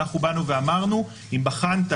אנחנו באנו ואמרנו: אם בחנת,